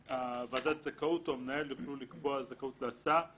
שוועדת זכאות או המנהל יוכלו לקבוע זכאות להסעה